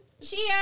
Cheers